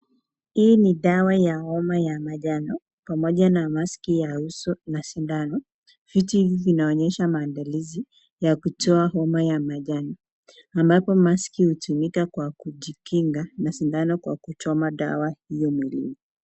Hii ni dawa ya homa ya manjano, pamoja na maski ya uso na sindano. Vitu hivi vinaonyesha maandalizi ya kutoa homa ya manjano ambapo maski hutumika kwa kujikinga na sindano kwa kuchoma dawa hiyo mwilini.